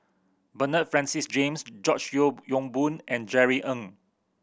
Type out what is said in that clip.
Bernard Francis James George Yeo Yong Boon and Jerry Ng